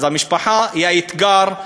אז המשפחה היא האתגר,